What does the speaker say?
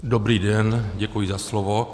Dobrý den, děkuji za slovo.